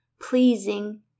pleasing